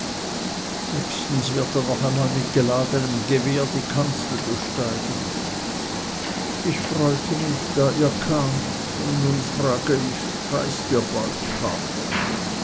nächstens wird er noch einmal mit geladenem gewehr die kanzel besteigen ich freute mich da ihr kamet und nun frage ich reist ihr bald pate